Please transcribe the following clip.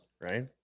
right